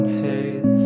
hate